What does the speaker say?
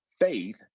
Faith